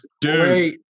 dude